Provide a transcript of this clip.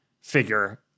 figure